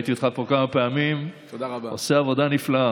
ראיתי אותך פה כמה פעמים עושה עבודה נפלאה.